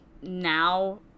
now